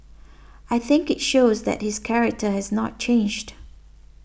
I think it shows that his character has not changed